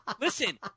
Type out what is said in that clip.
Listen